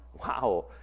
wow